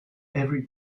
every